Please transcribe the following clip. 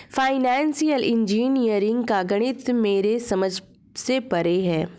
financial engineering का गणित मेरे समझ से परे है